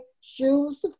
shoes